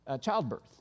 childbirth